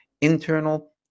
internal